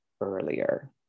earlier